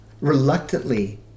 reluctantly